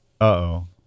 Uh-oh